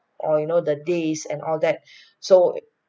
or you know the days and all that so